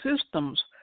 systems